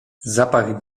zapach